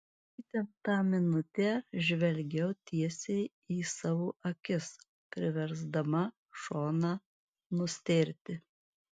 įtemptą minutę žvelgiau tiesiai į savo akis priversdama šoną nustėrti